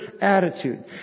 attitude